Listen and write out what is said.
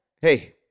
Hey